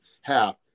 half